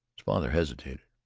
father hesitated.